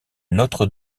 notre